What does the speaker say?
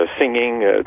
singing